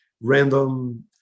random